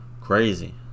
Crazy